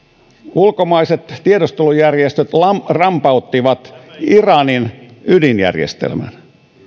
ulkomaiset tiedustelujärjestöt ram pauttivat iranin ydinjärjestelmän